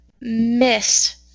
miss